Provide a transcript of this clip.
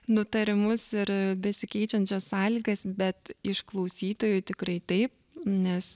nutarimus ir besikeičiančias sąlygas bet iš klausytojų tikrai taip nes